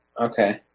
Okay